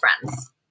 friends